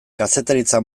kazetaritza